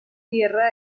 tierra